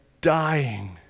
dying